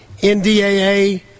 NDAA